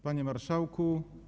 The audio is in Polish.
Panie Marszałku!